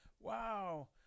wow